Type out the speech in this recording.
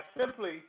simply